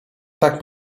tak